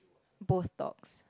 both dogs